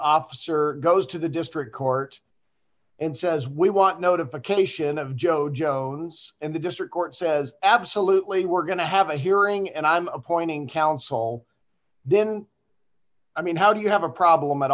officer goes to the district court and says we want notification of joe jones and the district court says absolutely we're going to have a hearing and i'm appointing counsel then i mean how do you have a problem at